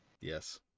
yes